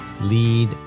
Lead